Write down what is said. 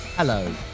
Hello